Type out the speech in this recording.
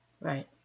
Right